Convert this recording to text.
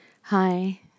Hi